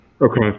Okay